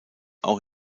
auch